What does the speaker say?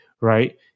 right